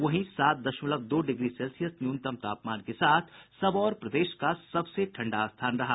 वहीं सात दशमलव दो डिग्री सेल्सियस न्यूनतम तापमान के साथ सबौर प्रदेश का सबसे ठंडा स्थान रहा